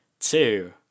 two